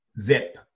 Zip